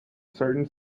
certain